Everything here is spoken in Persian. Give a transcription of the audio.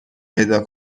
پیدا